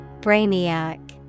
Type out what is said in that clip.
Brainiac